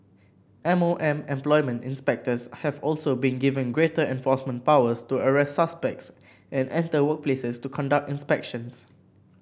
M O M employment inspectors have also been given greater enforcement powers to arrest suspects and enter workplaces to conduct inspections